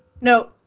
No